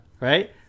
right